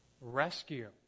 rescue